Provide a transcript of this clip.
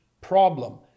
problem